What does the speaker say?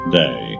day